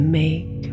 make